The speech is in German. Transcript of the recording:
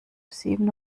sieben